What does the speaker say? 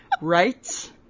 Right